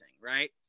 right